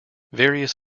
various